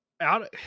out